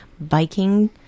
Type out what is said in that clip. biking